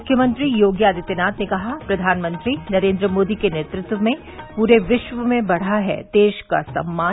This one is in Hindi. मुख्यमंत्री योगी आदित्यनाथ ने कहा प्रधानमंत्री नरेन्द्र मोदी के नेतृत्व में पूरे विश्व में बढ़ा है देश का सम्मान